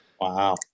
Wow